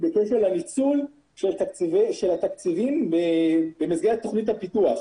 בקשר לניצול של התקציבים במסגרת תכנית הפיתוח,